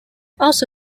also